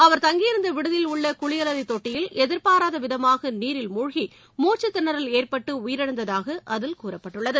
அவர் தங்கியிருந்த விடுதியில் உள்ள குளியலறை தொட்டியில் எதிர்பாராத விதமாக நீரில் மூழ்கி மூச்சுத் திணறல் ஏற்பட்டு உயிரிழந்ததாக அதில் கூறப்பட்டுள்ளது